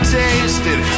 tasted